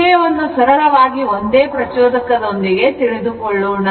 ವಿಷಯವನ್ನು ಸರಳವಾಗಿ ಒಂದೇ ಪ್ರಚೋದಕ ದೊಂದಿಗೆ ತಿಳಿದುಕೊಳ್ಳೋಣ